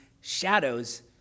shadows